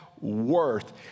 worth